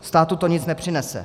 Státu to nic nepřinese.